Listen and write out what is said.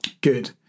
Good